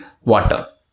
water